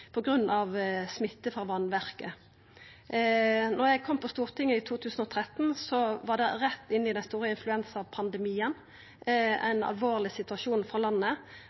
smitte frå vassverket. Da eg kom til Stortinget i 2013, var det rett inn i den store influensapandemien, ein alvorleg situasjon for landet.